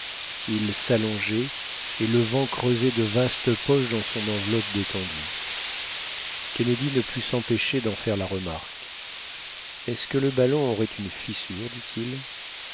il s'allongeait et le vent creusait de vastes poches dans son enveloppe détendue kennedy ne put s'empêcher d'en faire la remarque est-ce que le ballon aurait une fissure dit-il